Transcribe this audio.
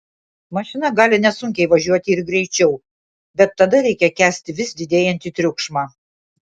mašina gali nesunkiai važiuoti ir greičiau bet tada reikia kęsti vis didėjantį triukšmą